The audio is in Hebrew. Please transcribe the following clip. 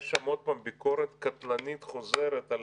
יש שם עוד פעם ביקורת קטלנית חוזרת על